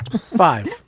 Five